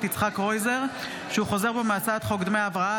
יצחק קרויזר שהוא חוזר בו מהצעת חוק דמי הבראה,